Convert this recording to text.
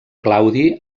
claudi